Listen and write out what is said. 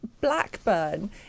Blackburn